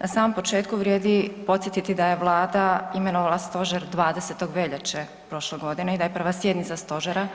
Na samom početku vrijedi podsjetiti da je vlada imenovala stožer 20. veljače prošle godine i da je prva sjednica stožera